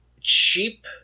cheap